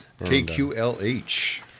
KQLH